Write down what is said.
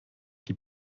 die